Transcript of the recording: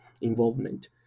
involvement